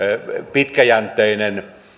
pitkäjänteinen